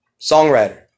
Songwriter